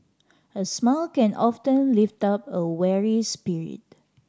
a smile can often lift up a weary spirit